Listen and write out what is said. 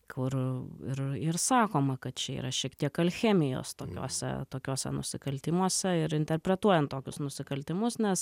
kur ir ir sakoma kad čia yra šiek tiek alchemijos tokiose tokiose nusikaltimuose ir interpretuojant tokius nusikaltimus nes